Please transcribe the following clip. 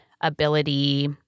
ability